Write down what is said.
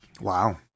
Wow